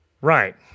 Right